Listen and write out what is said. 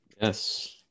Yes